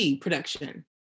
production